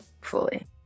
fully